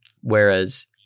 Whereas